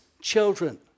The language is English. children